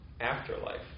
afterlife